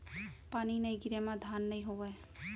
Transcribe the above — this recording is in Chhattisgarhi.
पानी नइ गिरय म धान नइ होवय